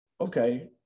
okay